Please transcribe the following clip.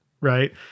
right